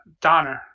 Donner